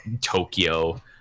tokyo